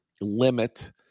limit